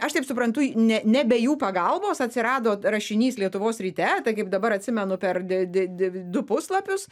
aš taip suprantu ne ne be jų pagalbos atsirado rašinys lietuvos ryte tai kaip dabar atsimenu per de de de du puslapius